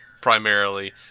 primarily